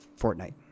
Fortnite